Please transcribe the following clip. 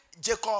Jacob